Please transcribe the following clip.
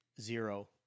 zero